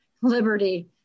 liberty